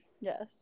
Yes